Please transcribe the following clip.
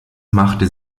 machte